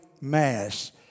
mass